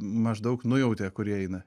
maždaug nujautė kur jie eina